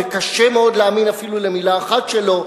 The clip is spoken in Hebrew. וקשה להאמין אפילו למלה אחת שלו,